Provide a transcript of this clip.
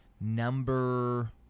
number